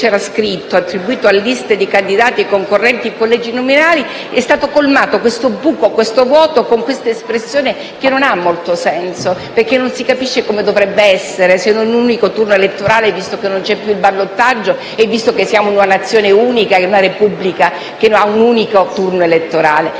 c'era scritto («attribuito a liste di candidati concorrenti in collegi uninominali»), questo vuoto è stato colmato con un'espressione che non ha molto senso, perché non si capisce come dovrebbe essere se non un unico turno elettorale, visto che non c'è più il ballottaggio e visto che siamo una nazione unica e una Repubblica che ha un unico turno elettorale.